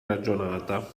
ragionata